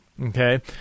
Okay